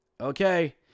Okay